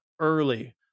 early